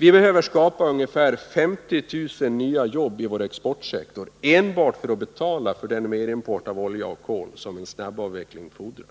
Vi behöver skapa ungefär 50 000 nya jobb i vår exportsektor enbart för att betala för den merimport av olja och kol som en snabbavveckling fordrar.